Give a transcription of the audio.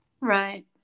Right